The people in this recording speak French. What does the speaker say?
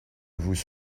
vous